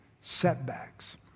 setbacks